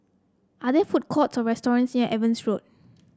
are there food courts or restaurants near Evans Road